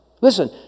Listen